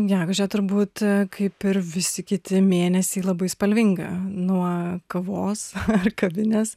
gegužė turbūt kaip ir visi kiti mėnesiai labai spalvinga nuo kavos ar kavinės